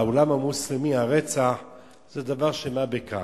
בעולם המוסלמי הרצח זה דבר של מה בכך.